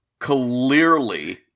Clearly